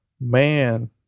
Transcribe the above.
man